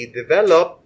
develop